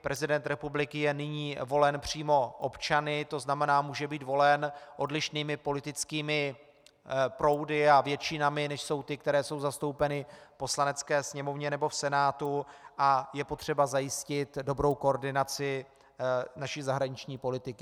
Prezident republiky je nyní volen přímo občany, to znamená, může být volen odlišnými politickými proudy a většinami, než jsou ty, které jsou zastoupeny v Poslanecké sněmovně nebo v Senátu, a je potřeba zajistit dobrou koordinaci naší zahraniční politiky.